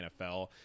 NFL